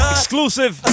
exclusive